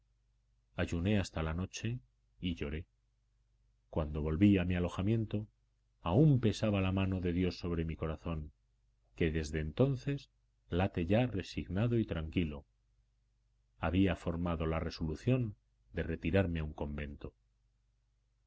ayuné hasta la noche y lloré cuando volví a mi alojamiento aún pesaba la mano de dios sobre mi corazón que desde entonces late ya resignado y tranquilo había formado la resolución de retirarme a un convento